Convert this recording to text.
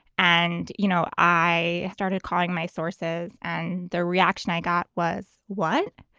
and, you know, i started calling my sources and the reaction i got was what?